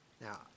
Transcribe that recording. Now